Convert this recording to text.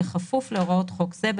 בכפוף להוראות חוק זה,